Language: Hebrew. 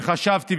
וחשבתי,